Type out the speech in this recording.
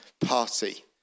Party